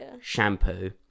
shampoo